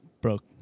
broke